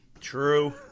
True